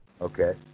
okay